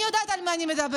אני יודעת על מה אני מדברת.